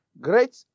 Great